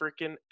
freaking